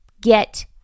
get